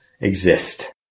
exist